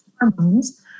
hormones